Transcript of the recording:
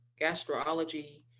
gastrology